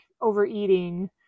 overeating